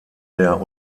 der